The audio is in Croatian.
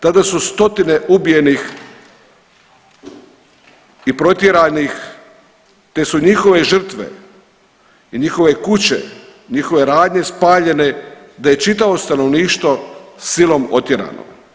Tada su stotine ubijenih i protjeranih te su njihove žrtve i njihove kuće, njihove radnje spaljene da je čitavo stanovništvo silom otjerano.